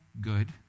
good